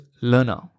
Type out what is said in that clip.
learner